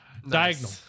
diagonal